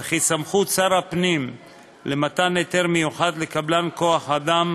וכי סמכות שר הפנים למתן היתר מיוחד לקבלן כוח-אדם